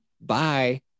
Bye